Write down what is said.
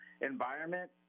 environment